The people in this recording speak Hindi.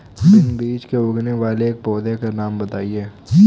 बिना बीज के उगने वाले एक पौधे का नाम बताइए